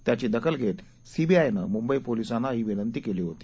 त्याची दखल घेत सीबीआयनं मुंबई पोलीसांना ही विनंती केली होती